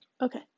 Okay